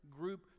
group